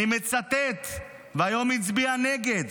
אני מצטט, והיום היא הצביעה נגד: